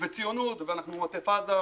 וציונות, ואנחנו עוטף עזה,